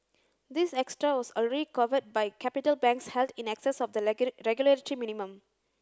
this extra was already covered by capital banks held in excess of the regulatory minimum